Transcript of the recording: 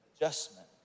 adjustment